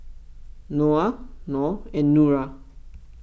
Noah Nor and Nura